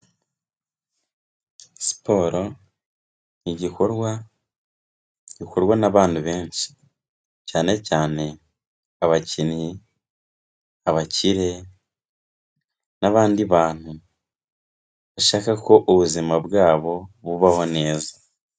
Siporo ni igikorwa gikorwa n'abantu benshi, cyane cyane abakinnyi, abakire n'abandi bantu, bashaka ko ubuzima bwabo bubaho neza.